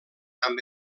amb